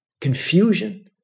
confusion